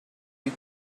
you